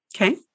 Okay